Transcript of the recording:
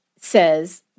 says